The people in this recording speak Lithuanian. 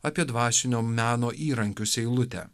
apie dvasinio meno įrankius eilutę